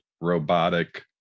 robotic